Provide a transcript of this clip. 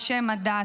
בשם הדת,